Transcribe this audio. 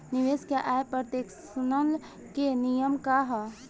निवेश के आय पर टेक्सेशन के नियम का ह?